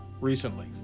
recently